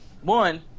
One